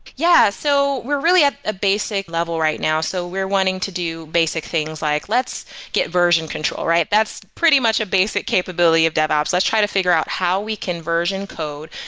yeah. so we're really at ah a basic level right now. so we're wanting to do basic things, like let's get version control, right? that's pretty much a basic capability of devops. let's try to figure out how we can version code,